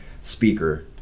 speaker